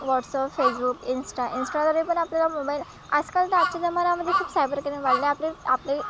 WhatsApp Facebook Insta इन्स्टाद्वारे पण आपल्याला मोबाईल आजकाल तर आजच्या जमान्यामध्ये खूप सायबर क्राईम वाढले आपले आपले